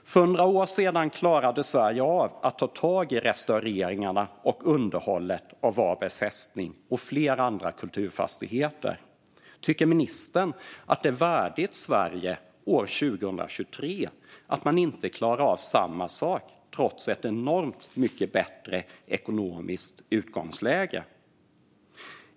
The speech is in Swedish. För hundra år sedan klarade Sverige av att ta tag i restaureringen och underhållet av Varbergs fästning och flera andra kulturfastigheter. Tycker ministern att det är värdigt Sverige 2023 att man inte klarar av samma sak, trots ett enormt mycket bättre ekonomiskt utgångsläge?